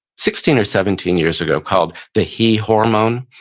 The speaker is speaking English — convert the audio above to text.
sixteen or seventeen years ago called the he hormone.